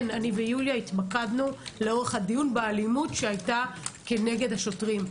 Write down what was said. יוליה ואני התמקדנו לאורך הדיון באלימות שהייתה כנגד השוטרים,